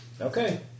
Okay